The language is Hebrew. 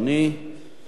שלוש דקות